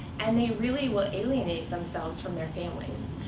and they really will alienate themselves from their families.